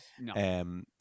No